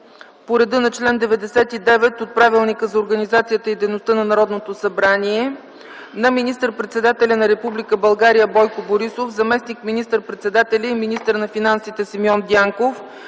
по реда на чл. 99 от Правилника за организацията и дейността на Народното събрание на министър-председателя на Република България Бойко Борисов, на заместник министър-председателя и министър на финансите Симеон Дянков,